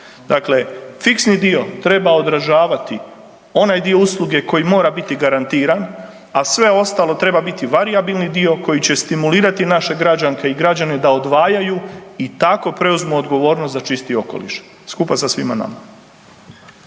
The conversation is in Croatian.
Dakle, fiksni dio treba odražavati onaj dio usluge koji mora biti garantiran, a sve ostalo treba biti varijabilni dio koji će stimulirati naše građanke i građane da odvajaju i tako preuzmu odgovornost za čisti okoliš, skupa sa svima nama.